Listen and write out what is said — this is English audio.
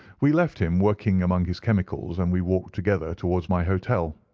we left him working among his chemicals, and we walked together towards my hotel.